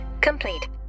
complete